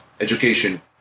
education